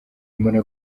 mbona